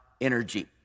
Energy